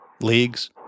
leagues